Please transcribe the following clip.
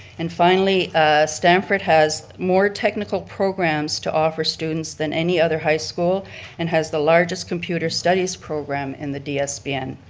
and finally stamford has more technical programs to offer students than any other high school and has the largest computer studies program in the dsbn.